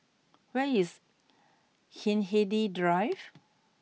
where is Hindhede Drive